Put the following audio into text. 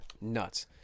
Nuts